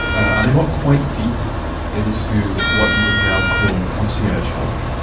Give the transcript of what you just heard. and i got quite deep into what you would now call concierge health.